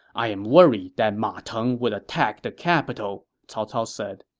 i am worried that ma teng would attack the capital, cao cao said.